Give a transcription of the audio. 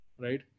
right